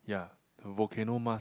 ya the volcano mask